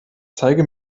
zeige